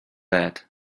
lead